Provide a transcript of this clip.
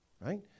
right